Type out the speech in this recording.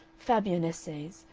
fabian essays,